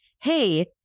hey